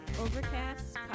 Overcast